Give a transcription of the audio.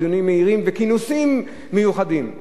ודיונים מהירים וכינוסים מיוחדים.